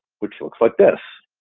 which looks like this.